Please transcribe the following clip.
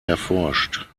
erforscht